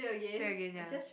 say again ya